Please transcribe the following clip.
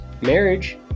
marriage